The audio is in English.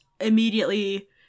immediately